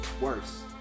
worse